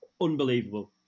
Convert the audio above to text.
Unbelievable